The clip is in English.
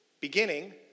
beginning